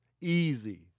Easy